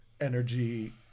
energy